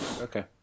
okay